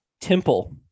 Temple